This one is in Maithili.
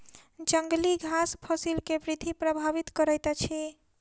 जंगली घास फसिल के वृद्धि प्रभावित करैत अछि